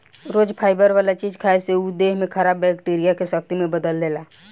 रोज fibre वाला चीज खाए से उ देह में खराब बैक्टीरिया के शक्ति में बदल देला